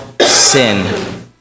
sin